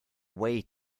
way